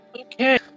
Okay